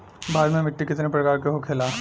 भारत में मिट्टी कितने प्रकार का होखे ला?